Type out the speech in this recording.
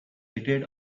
jetted